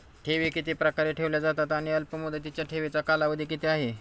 ठेवी किती प्रकारे ठेवल्या जातात आणि अल्पमुदतीच्या ठेवीचा कालावधी किती आहे?